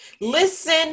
Listen